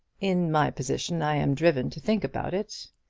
in my position i am driven to think about it.